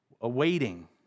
awaiting